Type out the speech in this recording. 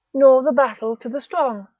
nor the battle to the strong,